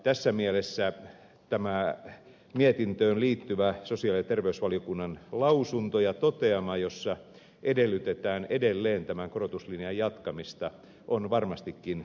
tässä mielessä tämä mietintöön liittyvä sosiaali ja terveysvaliokunnan lausunto ja toteama jossa edellytetään edelleen tämän korotuslinjan jatkamista on varmastikin perusteltu